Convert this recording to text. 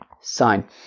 sign